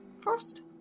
first